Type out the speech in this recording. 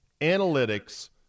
analytics